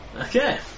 Okay